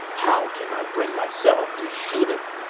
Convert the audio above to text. how can i bring myself to shoot him?